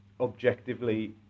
objectively